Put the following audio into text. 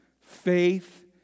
faith